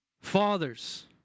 Fathers